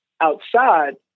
outside